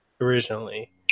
originally